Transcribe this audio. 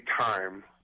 time